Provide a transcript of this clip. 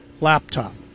laptop